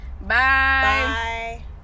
Bye